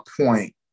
point